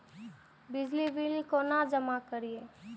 बिजली के बिल केना जमा करिए?